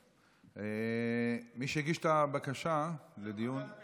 מי שהגיש את הבקשה לדיון, הוועדה